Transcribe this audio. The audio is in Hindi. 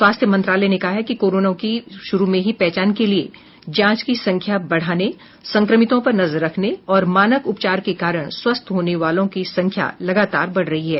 स्वास्थ्य मंत्रालय ने कहा है कि कोरोना की शुरू में ही पहचान के लिए जांच की संख्या बढ़ाने संक्रमितों पर नजर रखने और मानक उपचार के कारण स्वस्थ होने वालों की संख्या लगातार बढ़ रही है